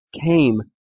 came